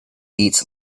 eats